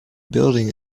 building